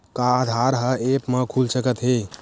का आधार ह ऐप म खुल सकत हे?